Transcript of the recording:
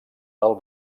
del